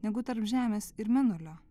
negu tarp žemės ir mėnulio